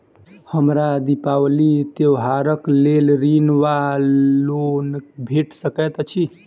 हमरा दिपावली त्योहारक लेल ऋण वा लोन भेट सकैत अछि?